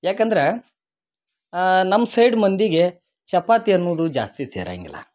ಯಾಕಂದ್ರ ನಮ್ಮ ಸೈಡ್ ಮಂದಿಗೆ ಚಪಾತಿ ಅನ್ನುದು ಜಾಸ್ತಿ ಸೇರಂಗಿಲ್ಲ